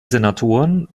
senatoren